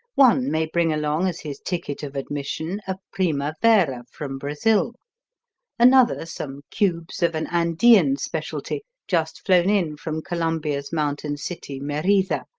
one may bring along as his ticket of admission a primavera from brazil another some cubes of an andean specialty just flown in from colombia's mountain city, merida,